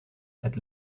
het